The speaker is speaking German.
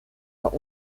war